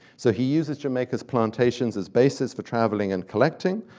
so he uses jamaica's plantations as basis for traveling and collecting,